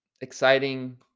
exciting